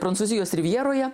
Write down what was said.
prancūzijos rivjeroje